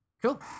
Cool